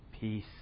peace